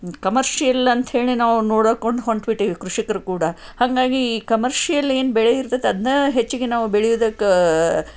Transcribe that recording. commercial ಅಂತ ಹೇಳಿ ನಾವು ನೋಡಿಕೊಂಡು ಹೊಂಟು ಬಿಟ್ಟೀವಿ ಕೃಷಿಕರು ಕೂಡ ಹಾಗಾಗಿ ಈ ಕಮರ್ಷಿಯಲ್ ಏನು ಬೆಳೆ ಇರ್ತದೆ ಅದನ್ನ ಹೆಚ್ಚಿಗೆ ನಾವು ಬೆಳೆಯುವುದಕ್ಕೆ